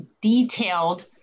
detailed